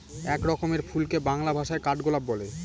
এক রকমের ফুলকে বাংলা ভাষায় কাঠগোলাপ বলে